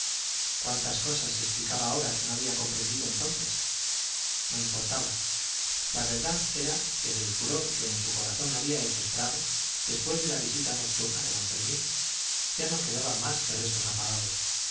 cuántas cosas se explicaba ahora que no había comprendido entonces no importaba la verdad era que del furor que en su corazón había hecho estragos después de la visita nocturna de don fermín ya no quedaban más que restos apagados